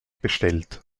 bestellt